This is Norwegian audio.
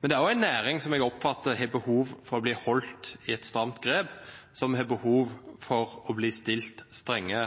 Men det er også en næring som jeg oppfatter har behov for å bli holdt i et stramt grep, som har behov for å bli stilt strenge